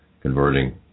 converting